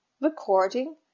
Recording